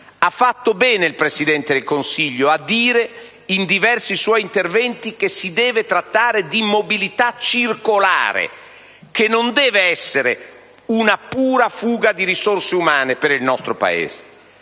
Ha fatto bene il Presidente del Consiglio a dire, in diversi suoi interventi, che si deve trattare di mobilità circolare, che non deve essere una pura fuga di risorse umane per il nostro Paese.